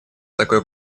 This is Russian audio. такое